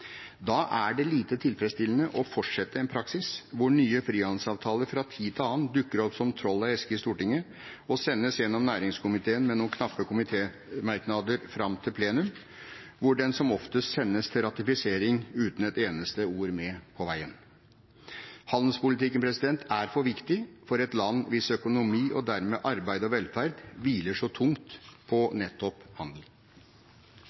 Da er det lite tilfredsstillende å fortsette en praksis hvor nye frihandelsavtaler fra tid til annen dukker opp som troll av eske i Stortinget og sendes gjennom næringskomiteen med noen knappe komitémerknader fram til plenum, hvor de som oftest sendes til ratifisering, uten et eneste ord med på veien. Handelspolitikken er for viktig for et land hvis økonomi og dermed arbeid og velferd hviler så tungt